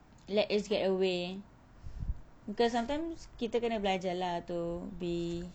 let us get away because sometimes kita kena belajar lah to be